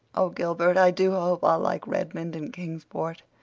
oh, gilbert, i do hope i'll like redmond and kingsport,